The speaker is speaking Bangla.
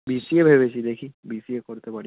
বিসিএ ভেবেছি দেখি বিসিএ করতে পারি